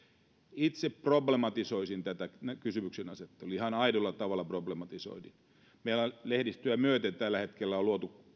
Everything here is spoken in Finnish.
itse problematisoisin tätä kysymyksenasettelua ihan aidolla tavalla problematisoisin meillä lehdistöä myöten tällä hetkellä on luotu